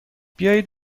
بیایید